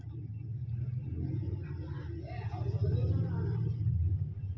ಯಾವ ಬೆಳಿಗೆ ಯಾವ ಗೊಬ್ಬರ ಹಾಕ್ಬೇಕ್?